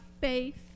faith